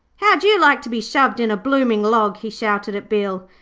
how'd you like to be shoved in a blooming log he shouted at bill,